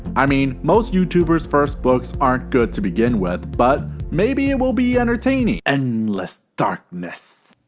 i mean most youtuber's first books aren't good to begin with but maybe it will be entertaining, endless darkness